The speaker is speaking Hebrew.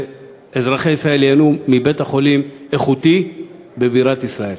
אזרחי ישראל ייהנו מבית-חולים איכותי בבירת ישראל.